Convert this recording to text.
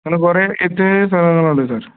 അങ്ങനെ കുറെ പ്രത്യേക സ്ഥലങ്ങൾ ഉണ്ട് സാർ